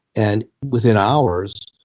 and within hours,